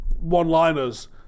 one-liners